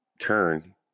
turn